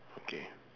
okay